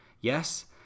Yes